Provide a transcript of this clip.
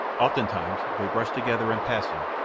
oftentimes they brushed together in passing,